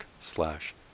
slash